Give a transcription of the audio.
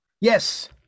Yes